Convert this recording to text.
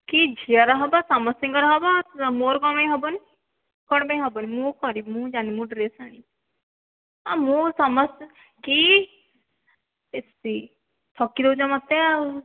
କି ଝିଅର ହେବ ସମସ୍ତଙ୍କର ହେବ ମୋର କ'ଣ ପାଇଁ ହେବନି କ'ଣ ପାଇଁ ହେବନି ମୁଁ କରିବି ମୁଁ ଜାଣିନି ମୁଁ ଡ୍ରେସ୍ ଆଣିବି ମୁଁ ସମସ୍ତେ କି ବେଶୀ ଠକି ଦେଉଛ ମୋତେ ଆଉ